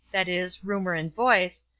that is, rumour and voice,